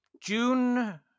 June